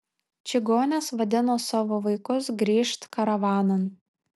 čigonės vadino savo vaikus grįžt karavanan